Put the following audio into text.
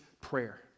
prayer